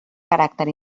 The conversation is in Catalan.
caràcter